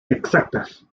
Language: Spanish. exactas